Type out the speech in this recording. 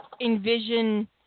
Envision